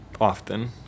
often